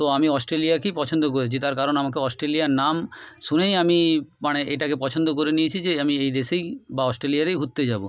তো আমি অস্ট্রেলিয়াকে পছন্দ করেছি তার কারণ আমাকে অস্ট্রেলিয়ার নাম শুনেই আমি মানে এটাকে পছন্দ করে নিয়েছি যে আমি এই দেশেই বা অস্ট্রেলিয়াতেই ঘুরতে যাব